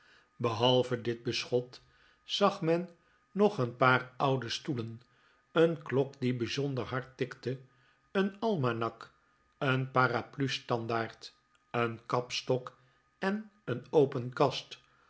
behalve dit beschot zag men nog een paar oude stoelen een klok die bij zonder hard tikte een almanak een paraplustandaard een kapstok en een open kast